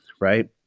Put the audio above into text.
Right